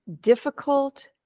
difficult